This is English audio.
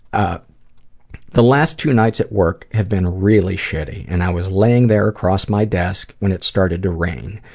ah the last two nights at work have been really shitty and i was laying there across my desk when it started to rain.